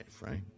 right